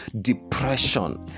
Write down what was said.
depression